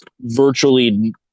virtually